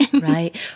Right